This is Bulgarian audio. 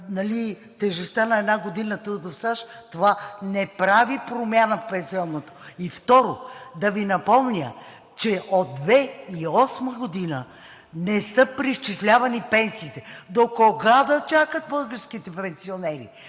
тежестта на една година трудов стаж, това не прави промяна в пенсионното. И второ, да Ви напомня, че от 2008 г. не са преизчислявани пенсиите! Докога да чакат българските пенсионери?